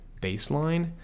baseline